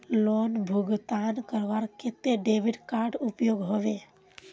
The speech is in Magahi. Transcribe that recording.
लोन भुगतान करवार केते डेबिट कार्ड उपयोग होबे?